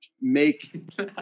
make